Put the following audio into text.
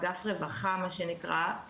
אגף רווחה מה שנקרא,